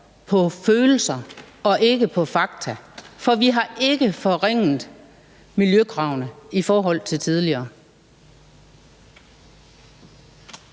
på følelser og ikke på fakta, for vi har ikke forringet miljøkravene i forhold til tidligere.